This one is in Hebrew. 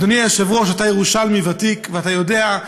אדוני היושב-ראש, אתה ירושלמי ותיק ואתה יודע.